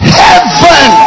heaven